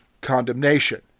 condemnation